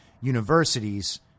universities